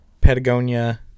Patagonia